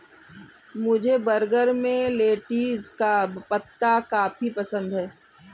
मुझे बर्गर में लेटिस का पत्ता काफी पसंद है